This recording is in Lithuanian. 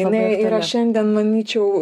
jinai yra šiandien manyčiau